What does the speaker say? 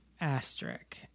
asterisk